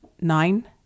nine